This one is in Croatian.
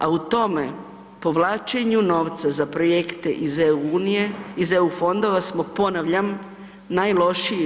A u tome povlačenju novca za projekte iz eu fondova smo ponavljam, najlošiji u EU.